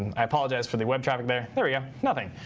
i apologize for the web traffic there there yeah nothing.